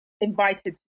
invited